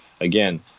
Again